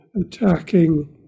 attacking